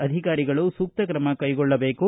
ಅಧಿಕಾರಿಗಳು ಸೂತ್ತ ತ್ರಮ ಕೈಗೊಳ್ಳಬೇಕು